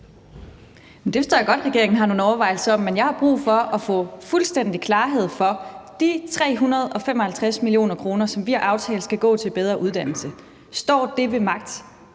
Det forstår jeg godt at regeringen har nogle overvejelser om, men jeg har brug for at få fuldstændig klarhed over de 355 mio. kr., som vi har aftalt skal gå til bedre uddannelse. Står det ved magt?